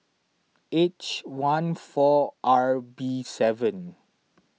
H one four R B seven